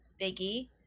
Biggie